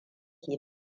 ke